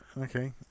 okay